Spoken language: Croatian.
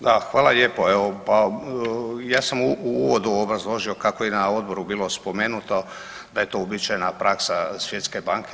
Da, hvala lijepo evo pa ja sam u uvodu obrazložio kako je na odboru bilo spomenuto da je to uobičajena praksa Svjetske banke.